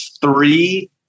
three